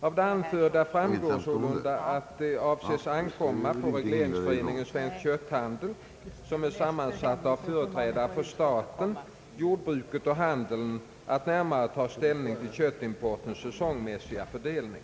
Av det anförda framgår sålunda att det avses ankomma på regleringsföreningen Svensk kötthandel, som är sammansatt av företrädare för staten, jordbruket och handeln, att närmare ta ställning till köttimportens säsongmässiga fördelning.